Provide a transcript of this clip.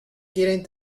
quieren